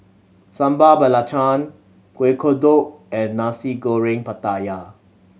Sambal Belacan Kuih Kodok and Nasi Goreng Pattaya